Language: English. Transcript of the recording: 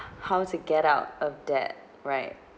how to get out of that right